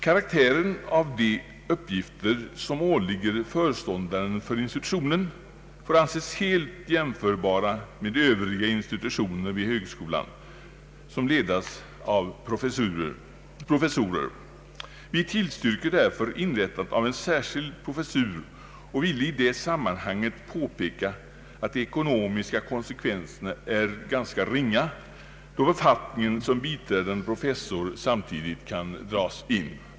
Karaktären av de uppgifter som åligger föreståndaren för institutionen får anses helt jämförbar med vad som gäller för Övriga institutioner vid högskolan som leds av professorer. Vi tillstyrker därför inrättandet av en särskilt professur och vill i det sammanhanget påpeka att de ekonomiska konsekvenserna är ringa då befattningen som biträdande professor samtidigt kan dragas in.